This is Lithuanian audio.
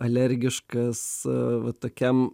alergiškas va tokiam